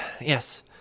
yes